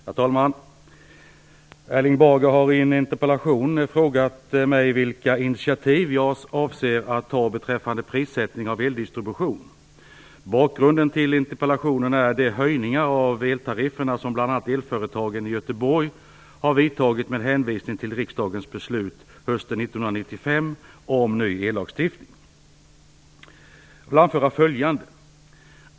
Herr talman! Erling Bager har i en interpellation frågat mig vilka initiativ jag avser att ta beträffande prissättningen av eldistributionen. Bakgrunden till interpellationen är de höjningar av eltarifferna som bl.a. elföretagen i Göteborg har vidtagit med hänvisning till riksdagens beslut hösten 1995 om ny ellagstiftning (prop. 1994/95:222, betänkande Jag vill anföra följande.